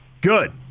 Good